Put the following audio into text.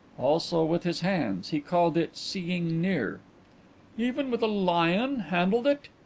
also with his hands. he called it seeing near even with a lion handled it?